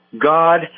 God